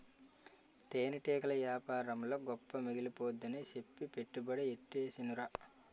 తేనెటీగల యేపారంలో గొప్ప మిగిలిపోద్దని సెప్పి పెట్టుబడి యెట్టీసేనురా